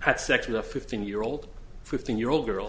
had sex with a fifteen year old fifteen year old girl